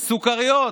סוכריות,